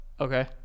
Okay